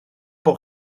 bod